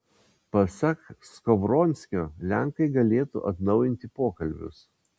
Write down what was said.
pasak skovronskio lenkai galėtų atnaujinti pokalbius